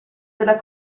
della